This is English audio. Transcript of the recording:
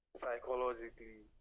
psychologically